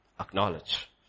Acknowledge